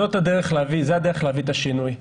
זאת הדרך להביא את השינוי.